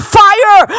fire